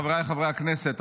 חבריי חברי הכנסת,